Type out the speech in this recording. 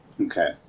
Okay